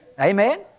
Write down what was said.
Amen